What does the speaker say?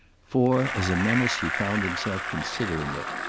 for as a menace he found himself considering it.